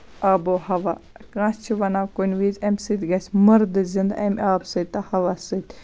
آبو ہوا کانٛہہ چھُ وَنان کُنہِ وِزِ اَمہِ سۭتۍ گژھِ مۄردٕ زِنٛدٕ اَمہِ آبہٕ سۭتۍ تہٕ ہوا سۭتۍ